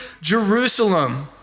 Jerusalem